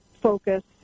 focus